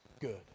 good